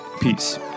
Peace